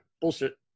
bullshit